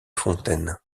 fontaine